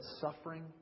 suffering